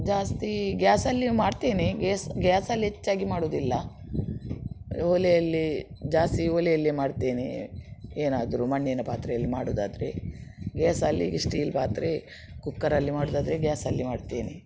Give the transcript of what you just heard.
ಜಾಸ್ತಿ ಗ್ಯಾಸಲ್ಲಿಯೂ ಮಾಡ್ತೇನೆ ಗೇಸ್ ಗ್ಯಾಸಲ್ಲಿ ಹೆಚ್ಚಾಗಿ ಮಾಡೋದಿಲ್ಲ ಒಲೆಯಲ್ಲಿ ಜಾಸ್ತಿ ಒಲೆಯಲ್ಲಿ ಮಾಡ್ತೇನೆ ಏನಾದರು ಮಣ್ಣಿನ ಪಾತ್ರೆಯಲ್ಲಿ ಮಾಡೋದಾದ್ರೆ ಗ್ಯಾಸಲ್ಲಿ ಸ್ಟೀಲ್ ಪಾತ್ರೆ ಕುಕ್ಕರಲ್ಲಿ ಮಾಡೋದಾದ್ರೆ ಗ್ಯಾಸಲ್ಲಿ ಮಾಡ್ತೇನೆ